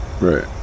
right